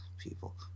people